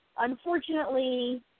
Unfortunately